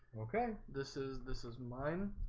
okay, this is this is mine.